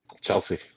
Chelsea